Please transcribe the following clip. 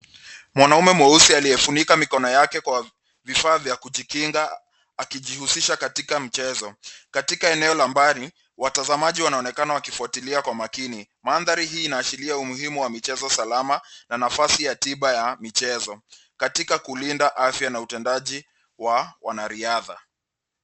Mwanaume mweusi aliyefunika mikono yake kwa vifaa vya kujikinga akijihusisha katika mchezo. Katika eneo la mbali watazamaji wanaonekana wakifuatilia kwa makini. Mandhari hii inaashiria umuhimu wa michezo salama na nafasi ya tiba ya michezo katika kulinda afya na utendaji wa wanariadha.